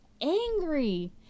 angry